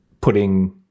Putting